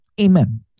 Amen